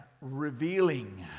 revealing